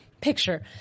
picture